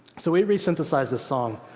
so we resynthesized this song.